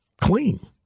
clean